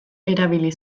erabili